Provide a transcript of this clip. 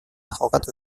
jokatu